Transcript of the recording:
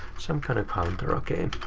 some kind of counter. ok.